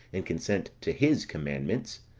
and consent to his commandments